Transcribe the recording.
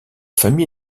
famille